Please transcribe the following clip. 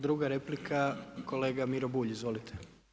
Druga replika kolega Miro Bulj, izvolite.